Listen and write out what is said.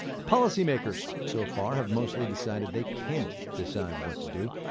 policymakers, so far, have mostly decided they can't decide what to do.